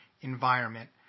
environment